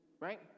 right